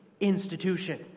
institution